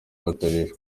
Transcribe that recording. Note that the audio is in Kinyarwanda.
bateshejwe